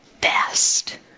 best